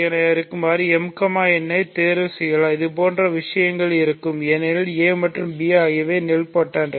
என இருக்குமாறு nm தேர்வு செய்வோம் இதுபோன்ற விஷயங்கள் இருக்கும் ஏனெனில் a மற்றும் b நீல்பொடென்ட்